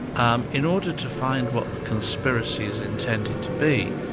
um in order to find what the conspiracy is intended to be,